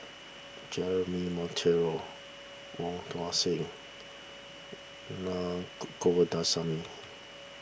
Jeremy Monteiro Wong Tuang Seng Naa Govindasamy